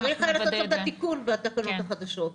צריך היה לעשות את התיקון בתקנות החדשות.